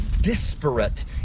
disparate